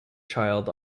child